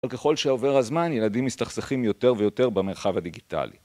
אבל ככל שעובר הזמן ילדים מסתכסכים יותר ויותר במרחב הדיגיטלי